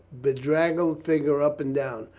bedraggled figure up and down.